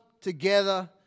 together